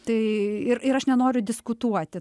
tai ir ir aš nenoriu diskutuoti